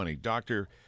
Doctor